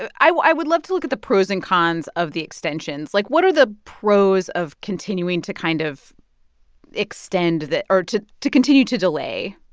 i would love to look at the pros and cons of the extensions. like, what are the pros of continuing to kind of extend the or to to continue to delay?